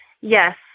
Yes